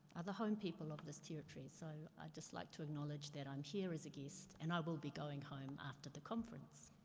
are the home people of this territory. so, i'd just like to acknowledge that i'm here as a guest and i will be going home after the conference.